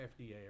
FDA